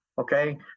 okay